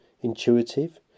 intuitive